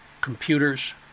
computers